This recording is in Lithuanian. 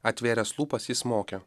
atvėręs lūpas jis mokė